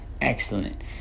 excellent